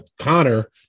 connor